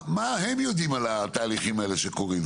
אבל מה הם יודעים על התהליכים האלה שקורים?